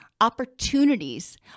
opportunities